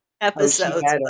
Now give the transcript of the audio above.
episodes